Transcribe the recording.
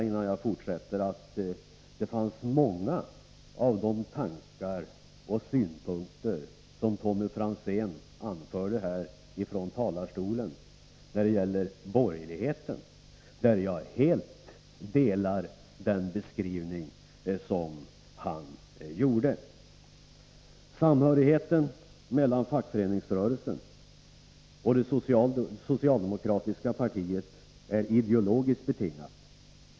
Innan jag fortsätter vill jag gärna säga att Tommy Franzén i talarstolen rörande borgerligheten framförde många tankar och synpunkter, som jag helt delar. Samhörigheten mellan fackföreningsrörelsen och det socialdemokratiska partiet är ideologiskt betingad.